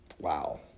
Wow